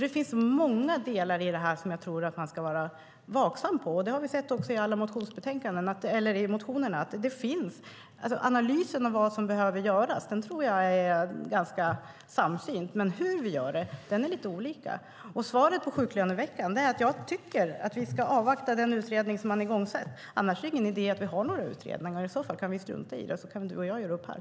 Det finns många delar i det här som jag tror att man ska vara vaksam på. Vi har också sett det i motionerna. Analysen av vad som behöver göras tror jag är ganska samstämmig, men analysen av hur vi gör det är lite olika. Svaret på frågan om sjuklöneveckan är att jag tycker att vi ska avvakta den utredning som är i gångsatt. Annars är det ingen idé att vi har några utredningar. I så fall kan vi strunta i utredningen och så kan du och jag göra upp här.